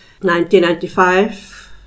1995